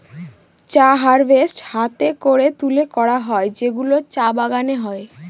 চা হারভেস্ট হাতে করে তুলে করা হয় যেগুলো চা বাগানে হয়